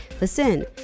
Listen